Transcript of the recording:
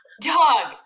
dog